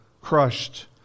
crushed